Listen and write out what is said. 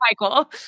Michael